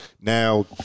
Now